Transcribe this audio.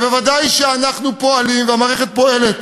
ובוודאי שאנחנו פועלים והמערכת פועלת